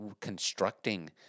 constructing